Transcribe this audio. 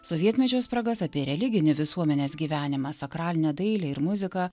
sovietmečio spragas apie religinį visuomenės gyvenimą sakralinę dailę ir muziką